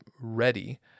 ready